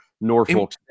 Norfolk